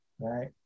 right